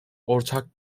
ortak